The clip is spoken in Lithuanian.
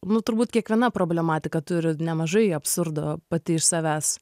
nu turbūt kiekviena problematika turi nemažai absurdo pati iš savęs